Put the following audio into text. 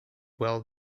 well